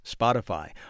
Spotify